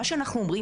מה שאנחנו אומרים,